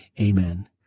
Amen